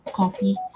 coffee